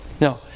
no